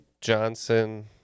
johnson